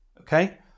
Okay